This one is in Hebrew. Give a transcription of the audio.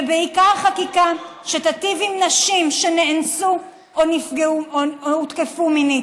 ובעיקר חקיקה שתיטיב עם נשים שנאנסו או נפגעו או הותקפו מינית.